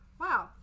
wow